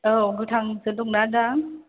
औ गोथांसो दंना दा